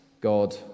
God